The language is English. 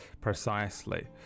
precisely